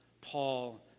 Paul